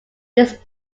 these